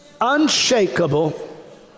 unshakable